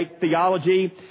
theology